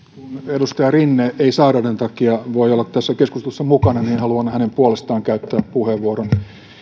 edustaja rinne ei sairauden takia voi olla tässä keskustelussa mukana haluan hänen puolestaan käyttää puheenvuoron